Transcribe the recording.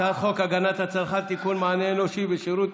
הצעת חוק הגנת הצרכן (תיקון, מענה אנושי בשירות